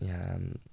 یا